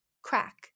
Crack